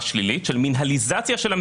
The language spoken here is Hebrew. אז נוריד ל-20% גם את בית